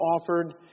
offered